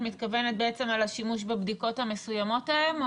את מתכוונת לשימוש בבדיקות המסוימות ההן?